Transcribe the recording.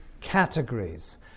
categories